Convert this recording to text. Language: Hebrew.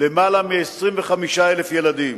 יותר מ-25,000 ילדים.